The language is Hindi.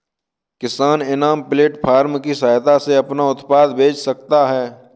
किसान इनाम प्लेटफार्म की सहायता से अपना उत्पाद बेच सकते है